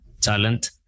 talent